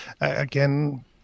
again